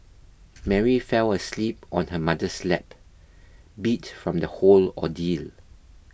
Mary fell asleep on her mother's lap beat from the whole ordeal